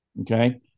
Okay